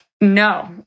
No